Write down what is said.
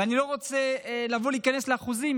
ואני לא רוצה להיכנס לאחוזים.